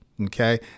Okay